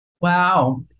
Wow